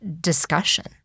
discussion